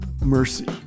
mercy